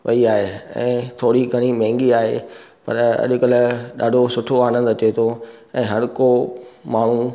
वई आहे ऐं थोड़ी घणी महांगी आहे पर अॼु कल्ह ॾाढो सुठो आनंद अचे थो ऐं हर को माण्हू